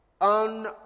on